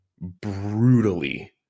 brutally